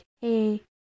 hey